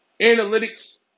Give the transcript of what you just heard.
analytics